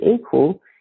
equal